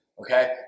okay